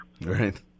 Right